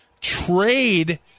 trade